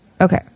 Okay